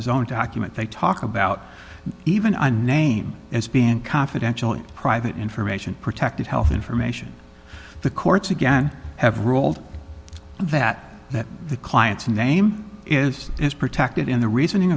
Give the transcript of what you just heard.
his own document they talk about even a name as being confidential and private information protected health information the courts again have ruled that that the client's name is is protected in the reasoning